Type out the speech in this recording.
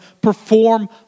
perform